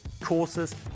courses